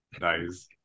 nice